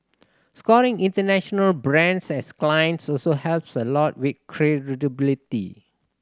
scoring international brands as clients also helps a lot with credibility